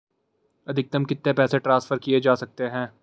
अधिकतम कितने पैसे ट्रांसफर किये जा सकते हैं?